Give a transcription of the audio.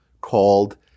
called